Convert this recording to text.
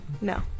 No